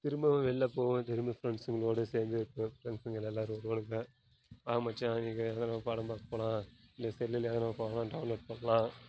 திரும்பவும் வெளில போவேன் திரும்ப ஃப்ரெண்ட்ஸுங்களோடு சேர்ந்து இருப்பேன் ஃப்ரெண்ட்ஸுங்க எல்லோரும் வருவானுங்க வா மச்சான் இன்றைக்கி எல்லோரும் படம் பார்க்க போகலாம் இல்லை செல்லுலேயாவது நம்ம படம் டவுன்லோட் பண்ணலாம்